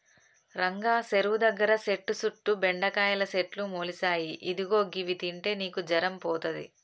రంగా సెరువు దగ్గర సెట్టు సుట్టు బెండకాయల సెట్లు మొలిసాయి ఇదిగో గివి తింటే నీకు జరం పోతది